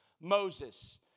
Moses